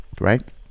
right